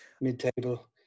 mid-table